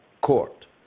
court